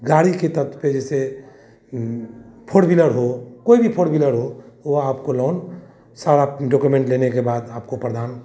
गाड़ी के छत पर जैसे फोड़ विलर हो कोई भी फोड़ विलर हो वह आपको लोन सारा डॉकोमेन्ट लेने के बाद आपको प्रदान